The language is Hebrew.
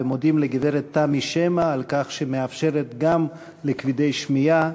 ומודים לגברת תמי שמע על כך שהיא מאפשרת גם לכבדי שמיעה